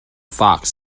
fox